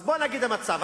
בוא נגיד מה המצב.